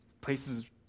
places